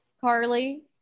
carly